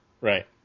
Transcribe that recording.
Right